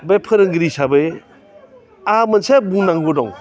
बे फोरोंगिरि हिसाबै आंहा मोनसे बुंनांगौ दं